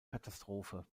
katastrophe